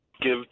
give